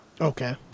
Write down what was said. Okay